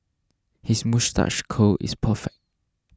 his moustache curl is perfect